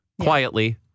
quietly